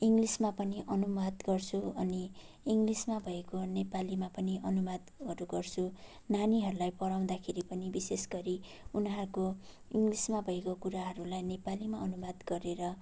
इङ्ग्लिसमा पनि अनुवाद गर्छु अनि इङ्लिसमा भएको नेपालीमा पनि अनुवादहरू गर्छु नानीहरूलाई पढाउँदाखेरि पनि विशेष गरी उनाहरको इङ्लिसमा भएको कुराहरूलाई नेपालीमा अनुवाद गरेर